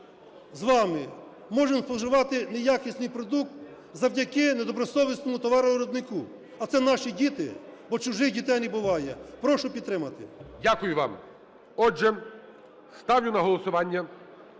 з вами можемо споживати неякісний продукт завдяки недобросовісному товаровиробнику, а це наші діти, бо чужих дітей не буває. Прошу підтримати. ГОЛОВУЮЧИЙ. Дякую вам. Отже, ставлю на голосування